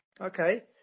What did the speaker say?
Okay